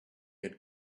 had